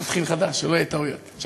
נתחיל מחדש, שלא יהיו טעויות.